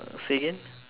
uh say again